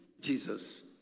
Jesus